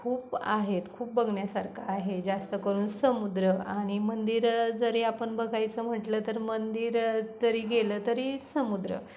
खूप आहेत खूप बघण्यासारखं आहे जास्त करून समुद्र आणि मंदिरं जरी आपण बघायचं म्हटलं तर मंदिर तरी गेलं तरी समुद्र